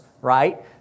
right